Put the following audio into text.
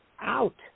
out